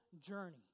journey